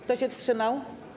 Kto się wstrzymał?